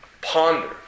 ponder